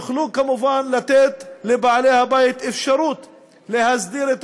יוכלו כמובן לתת לבעלי-הבית אפשרות להסדיר את